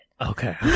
Okay